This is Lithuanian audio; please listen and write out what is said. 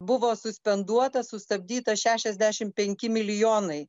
buvo suspenduotas sustabdytas šešiasdešim penki milijonai